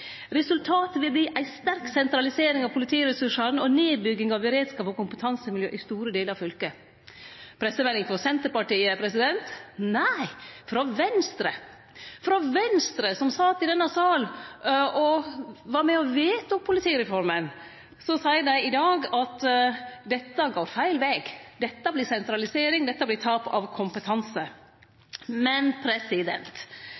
ei sterk sentralisering av politiressursane, og nedbygging av beredskap og kompetansemiljø i store delar av Sogn og Fjordane». Pressemelding frå Senterpartiet? – Nei, frå Venstre, som sat i denne salen og var med på å vedta politireforma. Så seier dei i dag at dette går feil veg. Dette vert sentralisering. Dette vert tap av